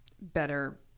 better